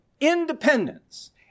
independence